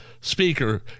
speaker